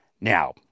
Now